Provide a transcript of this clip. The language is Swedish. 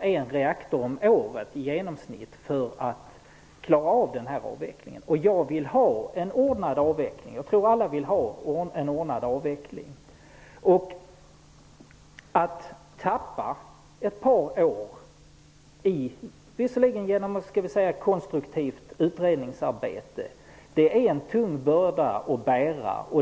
en reaktor om året för att klara av den avvecklingen. Jag vill ha en ordnad avveckling. Jag tror att alla vill det. Att då tappa ett par år, även om det är genom konstruktivt utredningsarbete, blir en tung börda att bära.